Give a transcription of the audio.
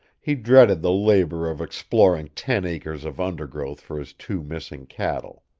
he dreaded the labor of exploring ten acres of undergrowth for his two missing cattle.